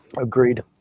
Agreed